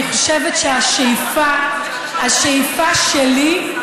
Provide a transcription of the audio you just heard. אני חושבת שהשאיפה שלי,